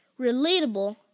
relatable